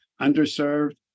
underserved